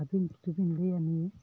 ᱟᱹᱵᱤᱱ ᱡᱩᱫᱤᱵᱮᱱ ᱞᱟᱹᱭᱟ ᱱᱚᱣᱟ